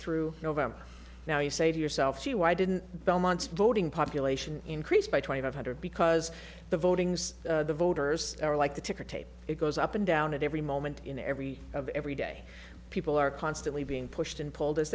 through november now you say to yourself she why didn't belmont's voting population increase by twenty five hundred because the voting the voters are like the ticker tape it goes up and down at every moment in every of every day people are constantly being pushed and pulled as